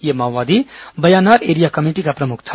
यह माओवादी Bayanar area committee का प्रमुख था